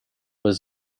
was